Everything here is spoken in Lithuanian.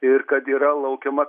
ir kad yra laukiama